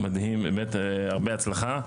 הרבה הצלחה.